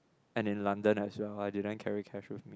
and in London as well I didn't carry cash with me